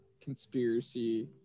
conspiracy